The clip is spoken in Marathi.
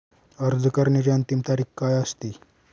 अर्ज करण्याची अंतिम तारीख काय असते?